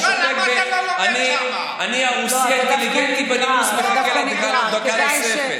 אני הרוסי האינטליגנטי, בנימוס מחכה, דקה נוספת.